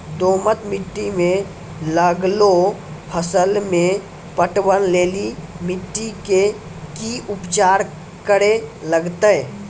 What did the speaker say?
दोमट मिट्टी मे लागलो फसल मे पटवन लेली मिट्टी के की उपचार करे लगते?